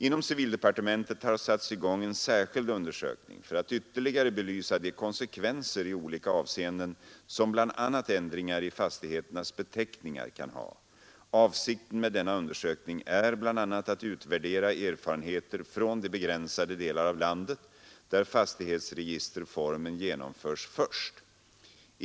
Inom civildepartementet har satts i gång en särskild undersökning för att ytterligare belysa de konsekvenser i olika avseenden som bl.a. ändringar i fastigheternas beteckningar kan ha. Avsikten med denna undersökning är bl.a. att utvärdera erfarenheter från de begränsade delar av landet där fastighetsregisterreformen genomförs först.